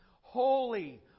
Holy